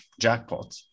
jackpot